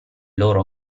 loro